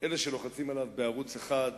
אלה שלוחצים עליו בערוץ-1,